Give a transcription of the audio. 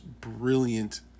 brilliant